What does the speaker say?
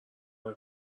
برا